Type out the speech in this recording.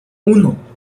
uno